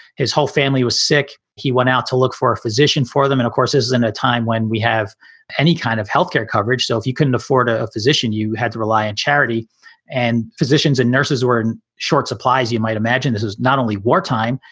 his whole family was sick. he went out to look for a physician for them. and, of course, is in a time when we have any kind of health care coverage. so if you couldn't afford ah a physician, you had to rely on charity and physicians and nurses were in short supply. as you might imagine, this is not only wartime.